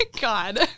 God